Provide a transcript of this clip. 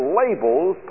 labels